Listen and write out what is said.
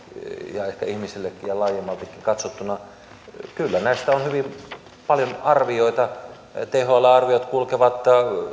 ja ehkä ihmisillekin ja laajemmaltikin katsottuna kyllä näistä on hyvin paljon arvioita thln arviot kulkevat